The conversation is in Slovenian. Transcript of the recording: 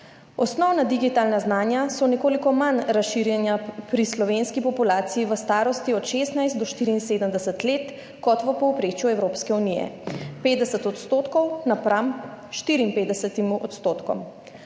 Osnovna digitalna znanja so nekoliko manj razširjena pri slovenski populaciji v starosti od 16 do 74 let kot v povprečju Evropske unije, 50 % napram 54 %.